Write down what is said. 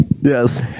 Yes